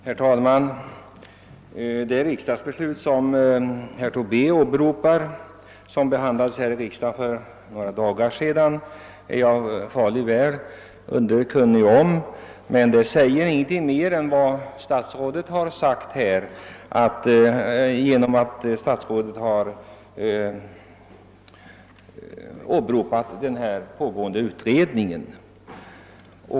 Herr talman! Det riksdagsbeslut som herr Tobé åberopar och som fattades för några dagar sedan är jag väl underkunnig om. Men det säger ingenting mer än vad statsrådet sagt genom att hänvisa till den pågående utredningen.